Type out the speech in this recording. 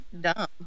dumb